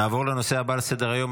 נעבור לנושא הבא על סדר-היום,